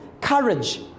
courage